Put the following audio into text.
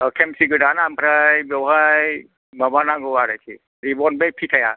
औ खेमसि गोदान ओमफ्राय बेवहाय माबा नांगौ आरोखि रिबन बै फिथाया